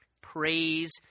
praise